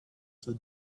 for